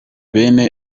bene